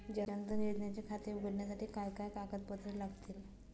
जनधन योजनेचे खाते उघडण्यासाठी काय काय कागदपत्रे लागतील?